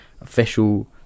official